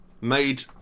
made